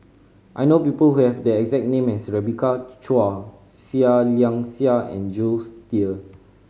I know people who have the exact name as Rebecca Chua Seah Liang Seah and Jules Itier